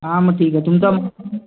हां मग ठीक आहे तुमचा